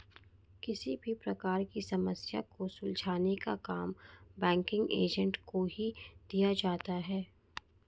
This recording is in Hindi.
किसी भी प्रकार की समस्या को सुलझाने का काम बैंकिंग एजेंट को ही दिया जाता है